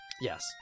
Yes